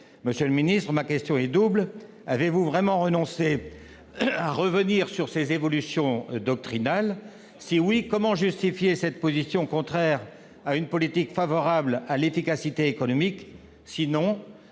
Monsieur le ministre, ma question est double : avez-vous vraiment renoncé à revenir sur ces évolutions doctrinales ? Si oui, comment justifiez-vous cette position contraire à une politique favorable à l'efficacité économique ?